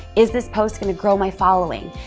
is this post gonna grow my following?